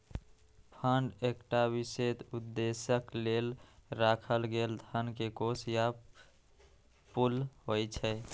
fund एकटा विशेष उद्देश्यक लेल राखल गेल धन के कोष या पुल होइ छै